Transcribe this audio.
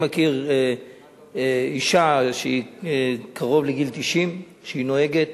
אני מכיר אשה שגילה קרוב ל-90 והיא נוהגת,